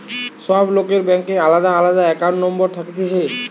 সব লোকের ব্যাংকে আলদা আলদা একাউন্ট নম্বর থাকতিছে